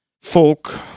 folk